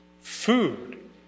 food